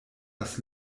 das